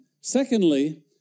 Secondly